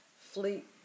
fleet